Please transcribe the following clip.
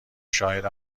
شاهد